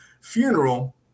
funeral